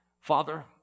Father